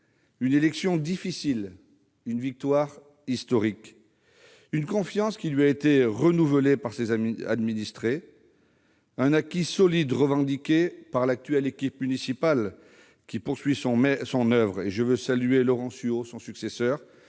Une élection difficile, une victoire historique, une confiance renouvelée par ses amis administrés et un acquis solide revendiqué par l'actuelle équipe municipale, qui poursuit son oeuvre- je veux saluer Laurent Suau, son successeur